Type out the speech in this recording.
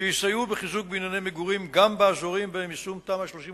שיסייעו בחיזוק בנייני מגורים גם באזורים שבהם יישום תמ"א 38